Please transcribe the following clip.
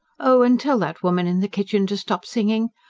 oh, and tell that woman in the kitchen to stop singing.